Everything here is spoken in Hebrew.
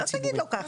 אתה לא תגיד לו ככה.